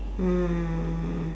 um